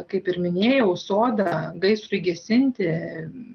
kaip ir minėjau soda gaisrui gesinti